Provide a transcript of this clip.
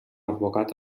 advocat